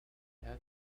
had